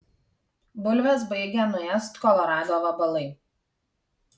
bulves baigia nuėst kolorado vabalai